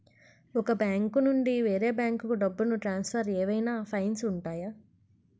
ఒక బ్యాంకు నుండి వేరే బ్యాంకుకు డబ్బును ట్రాన్సఫర్ ఏవైనా ఫైన్స్ ఉంటాయా?